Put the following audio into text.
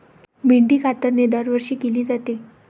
मेंढी कातरणे दरवर्षी केली जाते